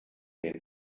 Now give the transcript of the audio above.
den